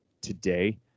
today